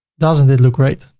doesn't it look great?